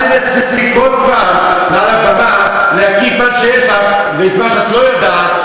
אל תנסי כל פעם מעל הבמה להקיא את מה שיש לך ואת מה שאת לא יודעת,